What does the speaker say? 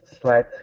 slight